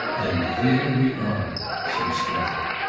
then there we are! said strether.